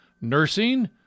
nursing